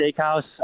Steakhouse